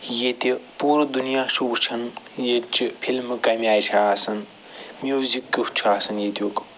ییٚتہِ پورٕ دُنیا چھُ وٕچھان ییٚتِچہٕ فِلمہٕ کَمہِ آیہِ چھِ آسان میوٗزِک کیُتھ چھُ آسان ییٚتِیُک